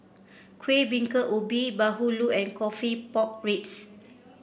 Kueh Bingka Ubi bahulu and coffee Pork Ribs